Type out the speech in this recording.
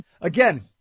Again